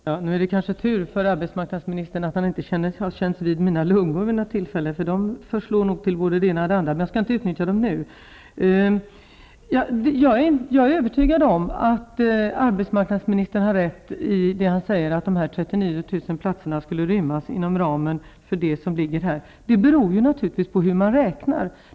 Herr talman! Det är kanske tur att arbetsmark nadsministern inte har känts vid mina lungor. De förslår nog till både det ena och det andra. Jag skall dock inte utnyttja dem nu. Jag är övertygad om att arbetsmarknadsministern har rätt när han säger att de 39 000 platserna skulle rymmas inom den ram som det här är fråga om. Ja, det beror naturligtvis på hur man räknar.